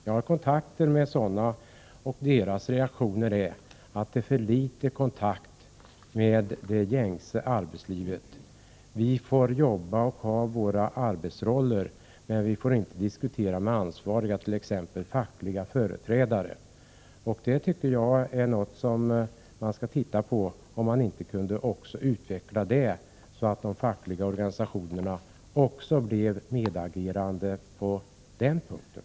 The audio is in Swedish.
Jag har samtalat med dessa grupper, och deras reaktion är att de har för litet kontakt med det gängse arbetslivet. De får jobba och ha en arbetsroll, men de får inte diskutera med ansvariga, t.ex. fackliga företrädare. Jag tycker att vi skall undersöka om det inte går att utveckla verksamheten, så att de fackliga organisationerna blir medagerande också på den punkten.